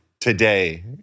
today